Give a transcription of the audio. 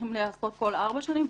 שצריכים להיעשות כל ארבע שנים,